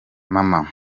mama